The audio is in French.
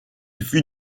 fut